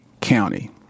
county